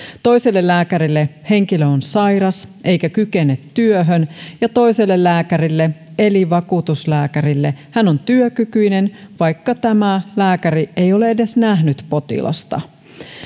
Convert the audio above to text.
toiselle lääkärille henkilö on sairas eikä kykene työhön ja toiselle lääkärille eli vakuutuslääkärille hän on työkykyinen vaikka tämä lääkäri ei ole edes nähnyt potilasta